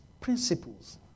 principles